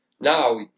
Now